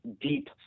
deep